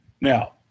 now